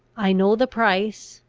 i know the price,